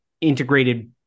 integrated